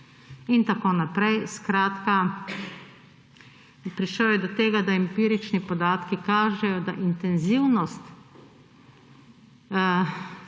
In tako naprej. Skratka, prišel je do tega, da empirični podatki kažejo, da intenzivnost